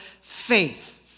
faith